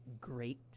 great